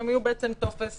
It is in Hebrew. הם יהיו למעשה טופס